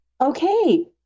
okay